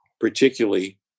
particularly